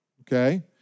Okay